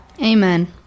Amen